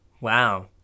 Wow